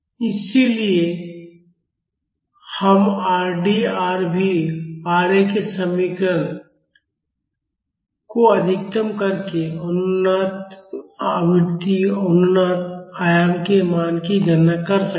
इसलिए हम Rd Rv और Ra के समीकरण को अधिकतम करके अनुनाद आवृत्ति और अनुनाद आयाम के मान की गणना कर सकते हैं